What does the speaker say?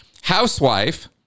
housewife